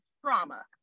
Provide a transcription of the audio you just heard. trauma